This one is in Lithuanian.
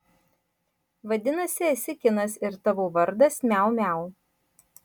vadinasi esi kinas ir tavo vardas miau miau